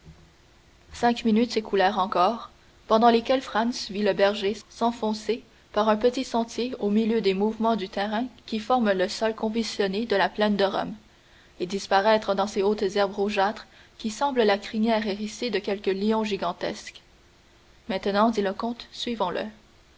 cinq minutes s'écoulèrent encore pendant lesquelles franz vit le berger s'enfoncer par un petit sentier au milieu des mouvements de terrain qui forment le sol convulsionné de la plaine de rome et disparaître dans ces hautes herbes rougeâtres qui semblent la crinière hérissée de quelque lion gigantesque maintenant dit le comte suivons le